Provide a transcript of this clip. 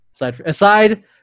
Aside